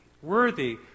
Worthy